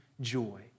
joy